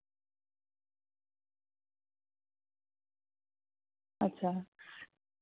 ᱟᱪᱪᱷᱟ